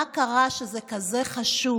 מה קרה שזה כזה חשוב?